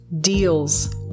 deals